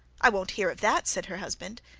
i won't hear of that, said her husband.